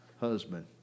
husband